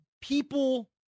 people